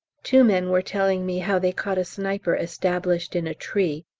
two men were telling me how they caught a sniper established in a tree,